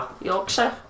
Yorkshire